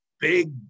big